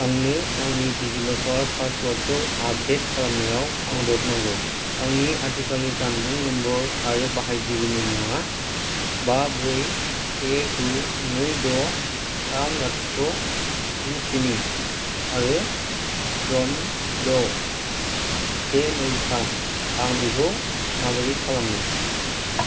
आंनो आंनि डिजिलकार पासवर्डखौ आपडेट खालामनायाव मदद नांगौ आंनि आथिखालनि जानबुं नम्बर आरो बाहायगिरिनि मुङा बा ब्रै से गु नै द' थाम लाथिख' गु स्नि आरो जन द' से नै थाम आं बेखौ माबोरै खालामनो